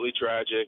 tragic